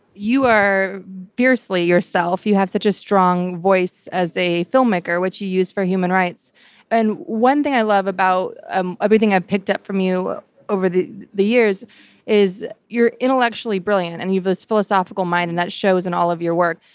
you are fiercely yourself. you have such a strong voice as a filmmaker, which you use for human rights and one thing i love about um everything i've picked up from you over the the years is you're intellectually brilliant and you have a philosophical mind and that shows in all of your work.